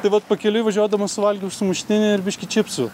tai vat pakeliui važiuodamas suvalgiau sumuštinį ir biškį čipsų